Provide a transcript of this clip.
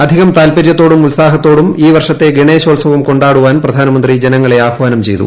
അധികം താൽപ്പര്യത്തോടും ഉത്സാഹത്തോടും ഈ വർഷത്തെ ഗണേശോത്സവം കൊണ്ടാടുവാൻ പ്രധാനമന്ത്രി ജനങ്ങളെ ആഹാനം ചെയ്തു